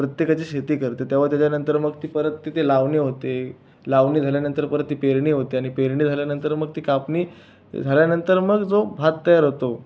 प्रत्येकाची शेती करते तेव्हा त्याच्यानंतर मग ती परत तिथे लावणी होते लावणी झाल्यानंतर परत ती पेरणी होते आणि पेरणी झाल्यानंतर मग ती कापणी झाल्यानंतर मग जो भात तयार होतो